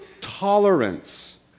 tolerance